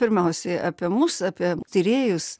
pirmiausiai apie mus apie tyrėjus